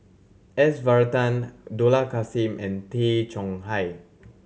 S Varathan Dollah Kassim and Tay Chong Hai